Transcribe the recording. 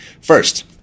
First